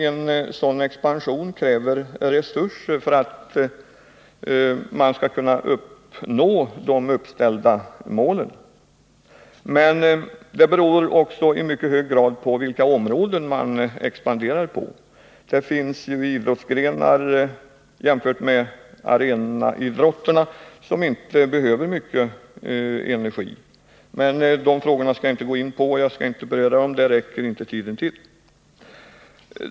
En sådan expansion kräver självfallet resurser. Det gäller särskilt om man vill nå de uppställda målen. Av mycket stor betydelse är också vilka områden man expanderar på. I motsats till arenaidrotten finns det ju idrottsgrenar som inte behöver så mycket energi. Men det skall jag inte gå in på nu — därtill räcker inte tiden.